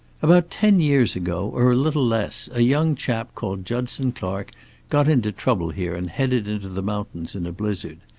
about ten years ago, or little less, a young chap called judson clark got into trouble here, and headed into the mountains in a blizzard.